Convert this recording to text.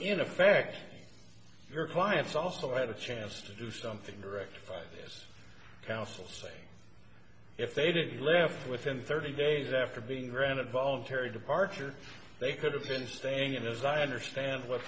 in effect your clients also had a chance to do something rectified as counsel say if they did he left within thirty days after being granted voluntary departure they could have been staying in as i understand what